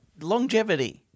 Longevity